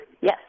Yes